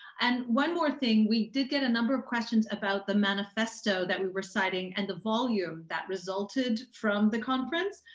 and one more thing. we did get a number of questions about the manifesto that we were citing and the volume that resulted from the conference.